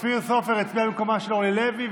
אופיר סופר הצביע במקומה של אורלי לוי,